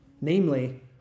Namely